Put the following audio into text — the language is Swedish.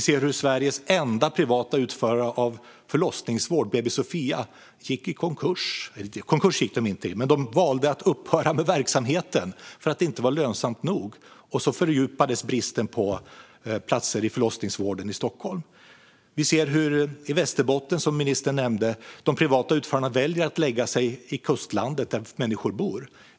Sveriges enda privata utförare av förlossningsvård, BB Sophia, gick i konkurs - eller man gick inte i konkurs, men man valde att upphöra med verksamheten för att den inte var lönsam nog. Därmed fördjupades bristen på platser i förlossningsvården i Stockholm. I Västerbotten, som ministern nämnde, ser vi hur de privata utförarna väljer att lägga sig i kustlandet, där människor bor.